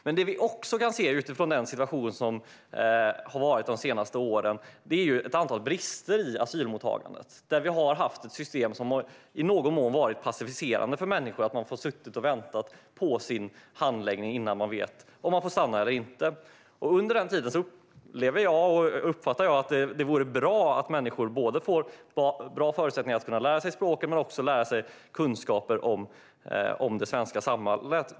Men det vi också kan se utifrån den situation som har rått de senaste åren är ett antal brister i asylmottagandet. Vi har haft ett system som i någon mån har varit passiviserande för människor. Man har fått sitta och vänta på sin handläggning och beskedet om huruvida man får stanna eller inte. Jag uppfattar det som att det vore bra om människor under den tiden fick bra förutsättningar att lära sig språket och få kunskaper om det svenska samhället.